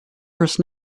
first